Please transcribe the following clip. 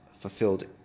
fulfilled